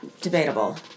Debatable